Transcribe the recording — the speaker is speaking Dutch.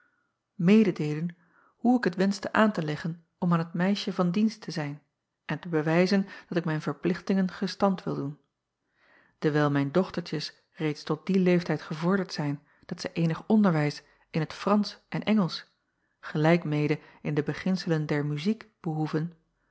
mededeelen hoe ik het wenschte aan te leggen om aan het meisje van dienst te zijn en te bewijzen dat ik mijn verplichtingen gestand wil doen ewijl mijn dochtertjes reeds tot dien leeftijd gevorderd zijn dat zij eenig onderwijs in t ransch en ngelsch gelijk mede in de beginselen der muziek behoeven